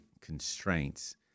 constraints